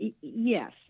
Yes